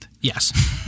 Yes